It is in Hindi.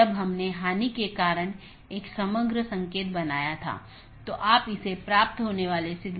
और BGP प्रोटोकॉल के तहत एक BGP डिवाइस R6 को EBGP के माध्यम से BGP R1 से जुड़ा हुआ है वहीँ BGP R3 को BGP अपडेट किया गया है और ऐसा ही और आगे भी है